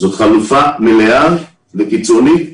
זו חלופה מלאה וקיצונית.